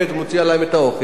מוציאה להם את האוכל,